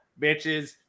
bitches